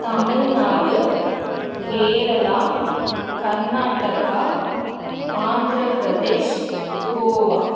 Tamil Nadu Kerala Karnataka Andhra Pradesh Goa